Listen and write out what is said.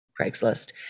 craigslist